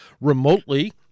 remotely